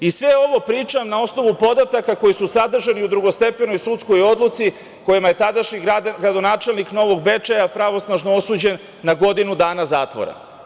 I sve ovo pričam na osnovu podataka koji su sadržani u drugostepenoj sudskoj odluci kojom je tadašnji gradonačelnik Novog Bečeja pravosnažno osuđen na godinu dana zatvora.